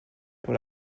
pour